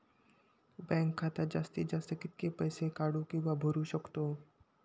Bank खात्यात जास्तीत जास्त कितके पैसे काढू किव्हा भरू शकतो?